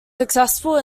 successful